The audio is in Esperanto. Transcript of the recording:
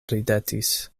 ridetis